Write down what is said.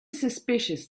suspicious